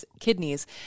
kidneys